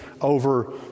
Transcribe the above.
over